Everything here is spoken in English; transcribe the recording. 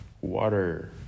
water